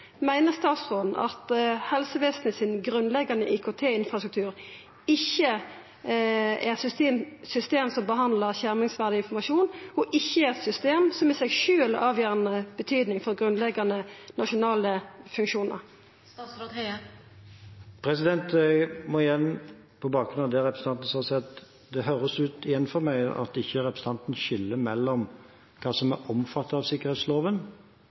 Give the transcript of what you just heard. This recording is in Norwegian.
Meiner statsråden at den grunnleggjande IKT-infrastrukturen i helsevesenet ikkje er eit system som behandlar skjermingsverdig informasjon, og ikkje er eit system som i seg sjølv er av avgjerande betyding for grunnleggjande nasjonale funksjonar? Jeg må igjen, på bakgrunn av det representanten sa, si at det høres ut for meg som om representanten ikke skiller mellom hva som er omfattet av sikkerhetsloven,